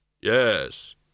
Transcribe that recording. Yes